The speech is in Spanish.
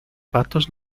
patos